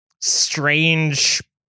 strange